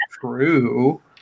true